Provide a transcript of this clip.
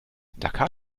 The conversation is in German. dakar